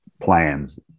plans